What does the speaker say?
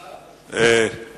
שאלה ברשותך, אדוני היושב-ראש.